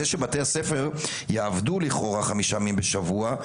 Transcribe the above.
זה שבתי הספר יעבדו לכאורה חמישה ימים בשבוע,